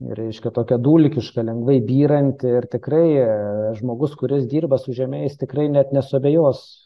reiškia tokia dulkiška lengvai byranti ir tikrai žmogus kuris dirba su žeme jis tikrai net nesuabejos